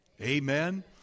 Amen